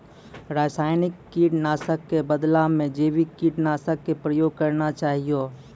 रासायनिक कीट नाशक कॅ बदला मॅ जैविक कीटनाशक कॅ प्रयोग करना चाहियो